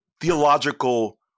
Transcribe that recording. theological